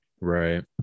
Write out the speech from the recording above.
Right